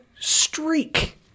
streak